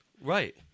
Right